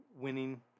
winning